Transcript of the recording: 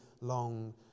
long